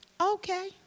okay